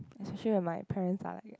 especially when my parents are